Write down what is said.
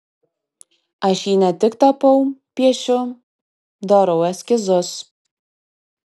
aš jį ne tik tapau piešiu darau eskizus